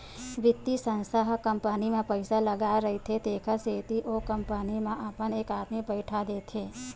बित्तीय संस्था ह कंपनी म पइसा लगाय रहिथे तेखर सेती ओ कंपनी म अपन एक आदमी बइठा देथे